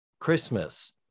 Christmas